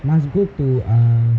must go to um